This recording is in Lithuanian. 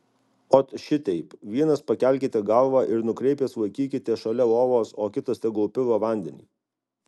ot šiteip vienas pakelkite galvą ir nukreipęs laikykite šalia lovos o kitas tegul pila vandenį